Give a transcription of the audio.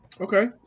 okay